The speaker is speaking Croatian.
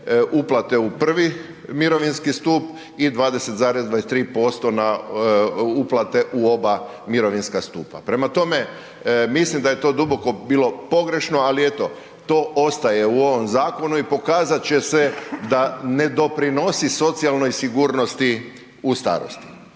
uplate u I. mirovinski stup i 20,23% na uplate u oba mirovinska stupa. Prema tome, mislim da je to duboko bilo pogrešno ali eto, to ostaje u ovom zakonu i pokazat će se da ne doprinosi socijalnoj sigurnost u starosti.